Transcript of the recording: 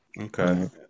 Okay